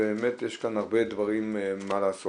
באמת יש כאן הרבה מה לעשות.